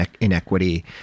inequity